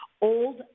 old